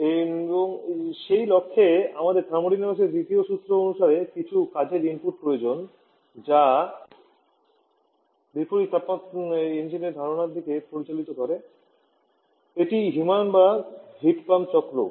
এবং সেই লক্ষ্যে আমাদের থার্মোডাইনামিকসের দ্বিতীয় সুত্র অনুসারে কিছু কাজের ইনপুট প্রয়োজন যা বিপরীত তাপ ইঞ্জিনের ধারণার দিকে পরিচালিত করে এটি হিমায়ন বা হিট পাম্প চক্রও